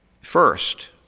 first